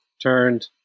turned